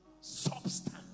Substance